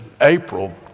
April